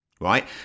right